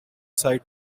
site